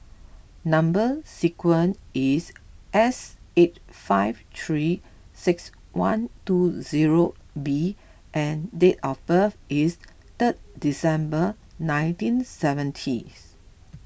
Number Sequence is S eight five three six one two zero B and date of birth is third December nineteen seventies